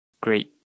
great